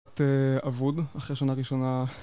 אבוד אחרי שנה ראשונה